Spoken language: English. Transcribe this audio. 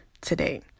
today